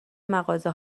مغازه